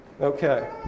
Okay